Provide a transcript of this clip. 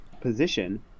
position